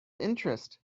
interest